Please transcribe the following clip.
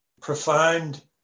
profound